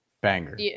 Banger